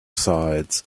sides